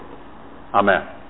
Amen